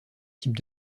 type